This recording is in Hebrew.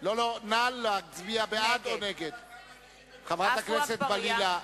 ההליך, חברת הכנסת בלילא,